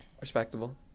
Respectable